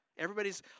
Everybody's